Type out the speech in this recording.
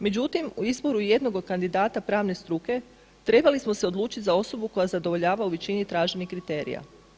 Međutim, u izboru jednog od kandidata pravne struke trebali smo se odlučiti za osobu koja zadovoljava u većini traženih kriterija.